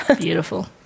Beautiful